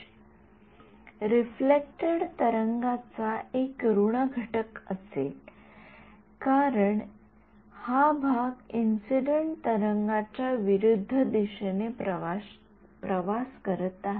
विद्यार्थीः रिफ्लेक्टेड तरंगाचा एक ऋण घटक असेल कारण हा भाग इंसिडेंट तरंगा च्या विरुद्ध दिशेने प्रवास करीत आहे